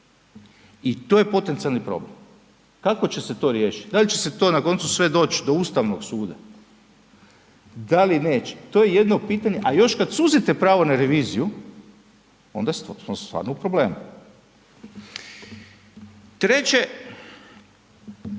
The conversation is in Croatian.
I to je potencijali problem. Kako će se to riješiti, da li će se to na koncu sve doći do Ustavnog suda, da li neće to je jedno pitanje, a još kad suzite pravo na reviziju onda smo stvarno u problemu. Treće,